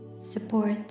support